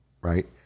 Right